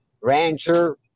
rancher